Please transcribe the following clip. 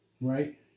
Right